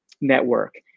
network